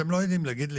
אתם לא יודעים להגיד לי